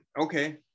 okay